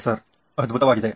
professor ಅದ್ಭುತವಾಗಿದೆ